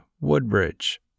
Woodbridge